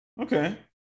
Okay